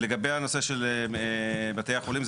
לגבי הנושא של בתי החולים,